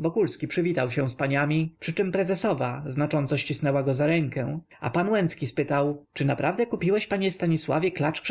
wokulski przywitał się z paniami przyczem prezesowa znacząco ścisnęła go za rękę a pan łęcki spytał czy naprawdę kupiłeś panie stanisławie klacz